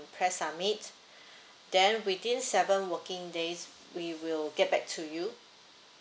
press submit then within seven working days we will get back to you